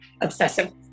obsessive